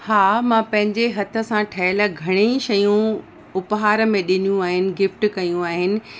हा मां पंहिंजे हथ सां ठहियल घणेई शयूं उपहार में ॾिनियूं आहिनि गिफ़्ट कयूं आहिनि